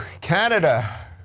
Canada